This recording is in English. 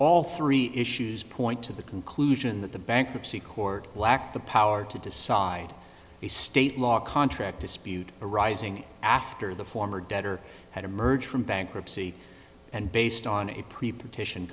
all three issues point to the conclusion that the bankruptcy court lacked the power to decide the state law a contract dispute arising after the former debtor had emerged from bankruptcy and based on a pre